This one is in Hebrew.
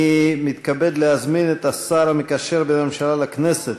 אני מתכבד להזמין את השר המקשר בין הממשלה לכנסת